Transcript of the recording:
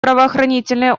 правоохранительные